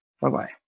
Bye-bye